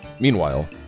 Meanwhile